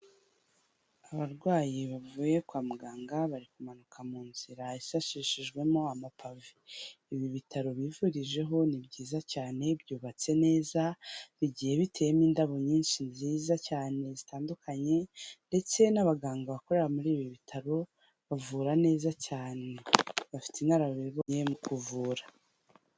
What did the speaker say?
Abarwayi bavuye kwa muganga bari kumanuka mu nzira isashishijwemo amapave. Ibi bitaro bivurijeho ni byiza cyane, byubatse neza, bigiye biteyemo indabo nyinshi nziza cyane zitandukanye ndetse n'abaganga bakorera muri ibi bitaro bavura neza cyane, bafite inararibonye mu kuvura.